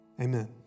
Amen